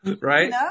Right